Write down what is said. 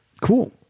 cool